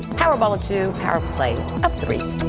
powerball two power play um three.